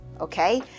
okay